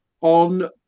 on